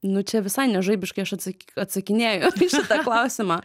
nu čia visai ne žaibiškai aš atsaki atsakinėju į šitą klausimą